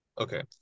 Okay